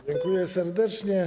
Dziękuję serdecznie.